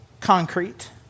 concrete